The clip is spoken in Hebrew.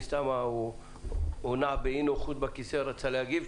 הוא נע באי נוחות בכיסא ורצה להגיב.